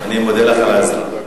אני מודה לך על העזרה.